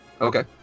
Okay